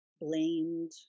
blamed